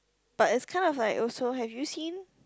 but it's kind of like also have you seen